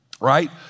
right